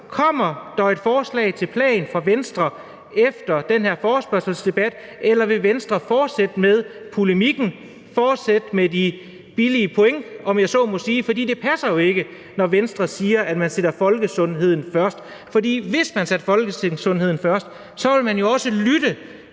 Kommer der et forslag fra Venstre til en plan efter den her forespørgselsdebat? Eller vil Venstre fortsætte med polemikken, fortsætte med de billige point, om jeg så må sige? For det passer jo ikke, når Venstre siger, at man sætter folkesundheden først. For hvis man satte folkesundheden først, ville man også lytte